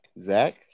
Zach